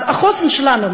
אז החוסן שלנו,